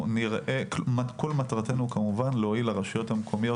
כל המטרה היא להועיל לרשויות המקומיות